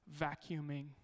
Vacuuming